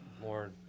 more